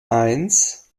eins